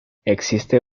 existe